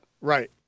Right